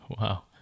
Wow